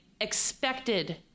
expected